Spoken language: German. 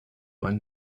ein